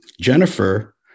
Jennifer